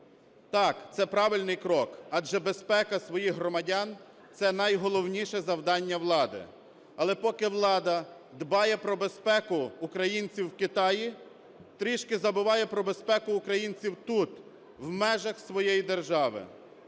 Так, це правильний крок, адже безпека своїх громадян – це найголовніше завдання влади. Але поки влада дбає про безпеку українців у Китаї, трішки забуває про безпеку українців тут, в межах своєї держави.